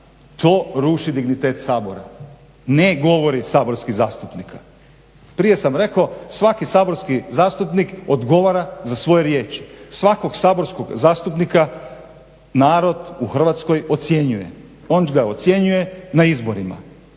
To ruši dignitet Sabora, ne govori saborskih zastupnika. Prije sam rekao svaki saborski zastupnik odgovora za svoje riječi. Svakog saborskog zastupnika narod u Hrvatskoj ocjenjuje. On ga ocjenjuje na izborima.